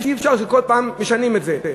אי-אפשר שכל פעם משנים את זה.